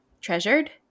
treasured